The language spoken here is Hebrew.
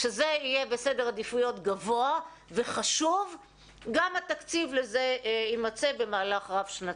כשזה יהיה בסדר עדיפויות גבוה וחשוב גם התקציב לזה יימצא במהלך רב שנתי.